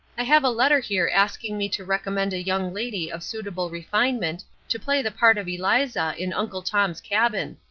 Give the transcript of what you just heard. i have a letter here asking me to recommend a young lady of suitable refinement to play the part of eliza in uncle tom's cabin.